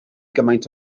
gymaint